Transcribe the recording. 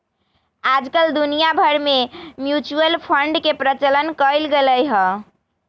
आजकल दुनिया भर में म्यूचुअल फंड के प्रचलन कइल गयले है